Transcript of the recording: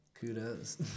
Kudos